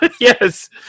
Yes